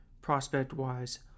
prospect-wise